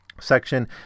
section